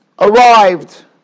arrived